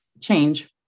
change